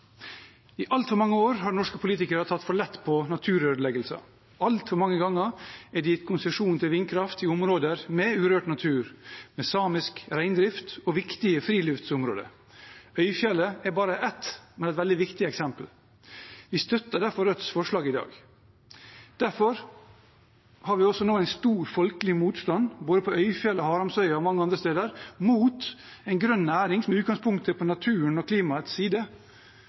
I altfor mange år har norske politikere tatt for lett på naturødeleggelser. Altfor mange ganger er det gitt konsesjon til vindkraft i områder med urørt natur, med samisk reindrift og viktige friluftsområder. Øyfjellet er bare ett, men et veldig viktig, eksempel. Vi støtter derfor Rødts forslag i dag. Derfor har vi også nå en stor folkelig motstand på både Øyfjellet, Haramsøya og mange andre steder, mot en grønn næring som i utgangspunktet er på naturens og klimaets side